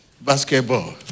basketball